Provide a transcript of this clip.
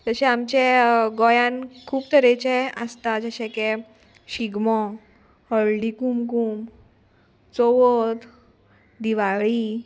जशें आमचे गोंयान खूब तरेचे आसता जशे की शिगमो हळदी कुमकूम चवथ दिवाळी